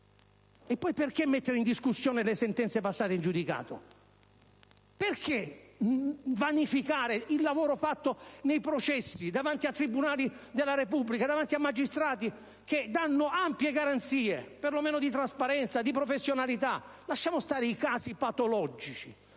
Poi, perché mettere in discussione le sentenze passate in giudicato? Perché vanificare il lavoro fatto nei processi davanti a tribunali della Repubblica, davanti a magistrati che danno ampie garanzie, per lo meno di trasparenza e di professionalità? Lasciamo stare i casi patologici: